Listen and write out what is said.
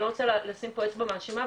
לא רוצה לשים פה אצבע מאשימה,